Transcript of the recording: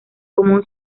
común